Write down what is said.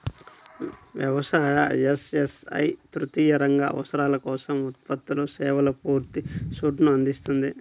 వ్యవసాయ, ఎస్.ఎస్.ఐ తృతీయ రంగ అవసరాల కోసం ఉత్పత్తులు, సేవల పూర్తి సూట్ను అందిస్తుంది